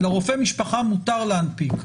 לרופא משפחה מותר להנפיק,